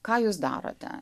ką jūs darote